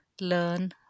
learn